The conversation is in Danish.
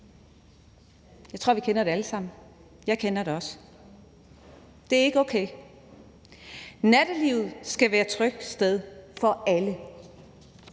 Jeg tror, vi kender det alle sammen, jeg kender det også. Det er ikke okay. Nattelivet skal være et trygt sted for alle.